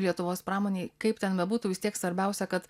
lietuvos pramonei kaip ten bebūtų vis tiek svarbiausia kad